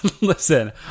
Listen